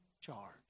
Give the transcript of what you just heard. charge